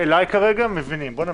בואו נמשיך.